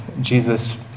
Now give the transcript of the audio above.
Jesus